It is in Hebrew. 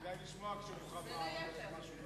כדאי לשמוע כשרוחמה אומרת משהו,